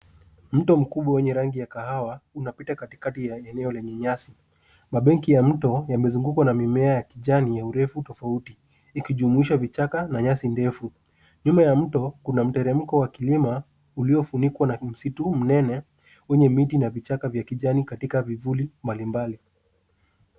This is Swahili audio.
Mto mkubwa wenye rangi ya kahawa unapita katikati ya eneo lenye nyasi. Mabenki ya mto yamezungukwa na mimea ya kijani ya urefu tofauti ikijumuisha vichaka na nyasi ndefu. Nyuma ya mto, kuna mteremko wa kilima uliofunikwa na msitu mnene wenye miti na vichaka vya kijani katika vivuli mbalimbali.